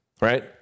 right